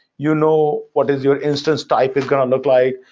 you know what is your instance type is going to look like.